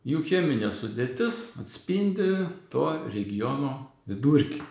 jų cheminė sudėtis atspindi to regiono vidurkį